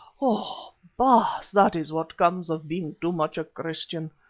oh! baas, that is what comes of being too much a christian.